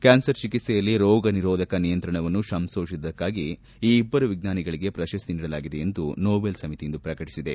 cancer ಚಿಕಿತ್ಸೆಯಲ್ಲಿ ರೋಗನಿರೋಧಕ ನಿಯಂತ್ರಣವನ್ನು ಸಂಶೋಧಿಸಿದ್ದಕ್ಕಾಗಿ ಈ ಇಬ್ಲರು ವಿಜ್ವಾನಿಗಳಿಗೆ ಪ್ರಶಸ್ತಿ ನೀಡಲಾಗಿದೆ ಎಂದು ನೋಬಲ್ ಸಮಿತಿ ಇಂದು ಪ್ರಕಟಿಸಿದೆ